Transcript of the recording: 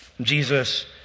Jesus